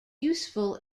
useful